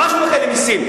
ממש מומחה למסים.